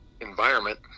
environment